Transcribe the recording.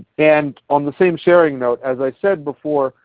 and on the same sharing note, as i said before,